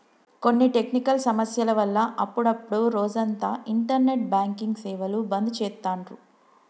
కొన్ని టెక్నికల్ సమస్యల వల్ల అప్పుడప్డు రోజంతా ఇంటర్నెట్ బ్యాంకింగ్ సేవలు బంద్ చేత్తాండ్రు